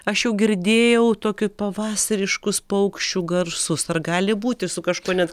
aš jau girdėjau tokį pavasariškus paukščių garsus ar gali būti su kažkuo net